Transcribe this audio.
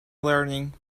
learning